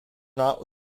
not